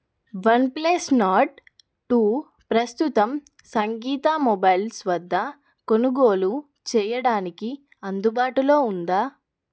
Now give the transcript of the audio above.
one plus Nord two ప్రస్తుతం Sangeetha Mobiles వద్ద కొనుగోలు చెయ్యడానికి అందుబాటులో ఉందా